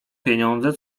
pieniądze